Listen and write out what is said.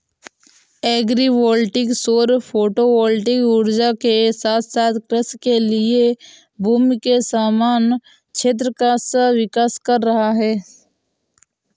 agri voltaic सौर photovoltaic ऊर्जा के साथ साथ कृषि के लिए भूमि के समान क्षेत्र का सह विकास कर रहा है